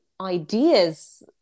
ideas